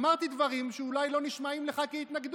אמרתי דברים שאולי לא נשמעים לך כהתנגדות,